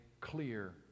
clear